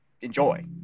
enjoy